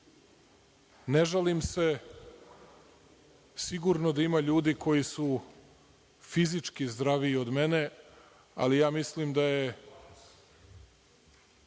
ne žalim se. Sigurno da ima ljudi koji su fizički zdraviji od mene, ali ja mislim da je